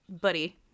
buddy